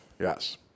yes